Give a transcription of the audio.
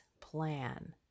plan